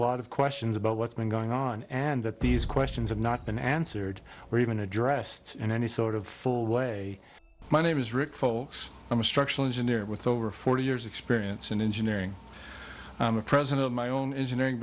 lot of questions about what's been going on and that these questions have not been answered were even addressed in any sort of full way my name is rick folks i'm a structural engineer with over forty years experience in engineering i'm a president of my own engineering